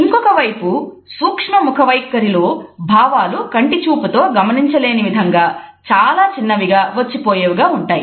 ఇంకొక వైపు సూక్ష్మ ముఖ వైఖరిలో భావాలు కంటి చూపుతో గమనించ లేని విధంగా చాలా చిన్నవిగా వచ్చి పోయేవి గా ఉంటాయి